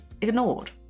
ignored